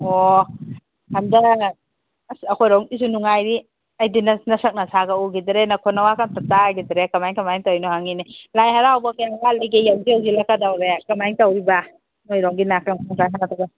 ꯑꯣ ꯍꯟꯗꯛ ꯑꯁ ꯑꯩꯈꯣꯏꯔꯣꯝꯒꯤꯁꯨ ꯅꯨꯡꯉꯥꯏꯔꯤ ꯑꯩꯗꯤ ꯅꯪ ꯅꯁꯛ ꯅꯁꯥꯒ ꯎꯈꯤꯗꯔꯦ ꯅꯈꯣꯟ ꯅꯋꯥꯒ ꯑꯝꯇ ꯇꯥꯈꯤꯗꯔꯦ ꯀꯃꯥꯏ ꯀꯃꯥꯏꯅ ꯇꯧꯔꯤꯅꯣ ꯍꯪꯉꯤꯅꯤ ꯂꯥꯏ ꯍꯔꯥꯎꯕ ꯀꯌꯥꯝ ꯋꯥꯠꯂꯤꯒꯦ ꯌꯧꯗꯤ ꯌꯧꯁꯤꯜꯂꯛꯀꯗꯧꯔꯦ ꯀꯃꯥꯏ ꯇꯧꯔꯤꯕ ꯅꯣꯏꯔꯣꯝꯒꯤꯅ